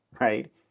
right